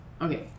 Okay